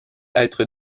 être